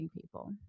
people